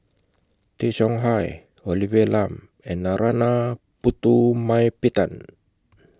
Tay Chong Hai Olivia Lum and Narana Putumaippittan